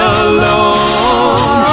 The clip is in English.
alone